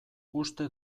uste